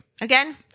Again